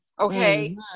Okay